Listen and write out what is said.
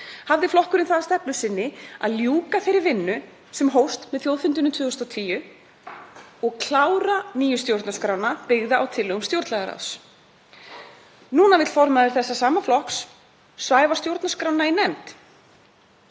hafði flokkurinn það að stefnu sinni að ljúka þeirri vinnu sem hófst með þjóðfundinum 2010 og klára nýju stjórnarskrána, byggða á tillögum Stjórnlagaráðs. Núna vill formaður þessa sama flokks svæfa stjórnarskrána í nefnd.